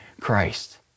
Christ